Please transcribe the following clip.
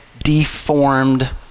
deformed